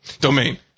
domain